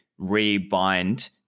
rebind